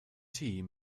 tea